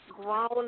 grown